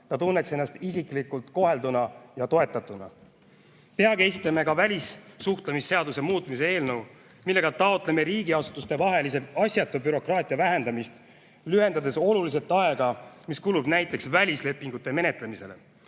ta tunneks ennast isiklikult kohelduna ja toetatuna. Peagi esitame välissuhtlemisseaduse muutmise eelnõu, millega taotleme riigiasutuste vahel asjatu bürokraatia vähendamist, lühendades oluliselt aega, mis kulub näiteks välislepingute menetlemisele.